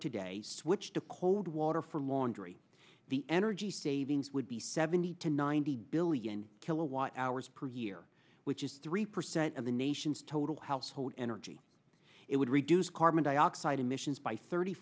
today switch to cold water for laundry the energy savings would be seventy to ninety billion kilowatt hours per year which is three percent of the nation's total household energy it would reduce carbon dioxide emissions by thirty